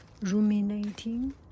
ruminating